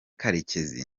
karekezi